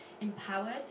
empowers